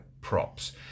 props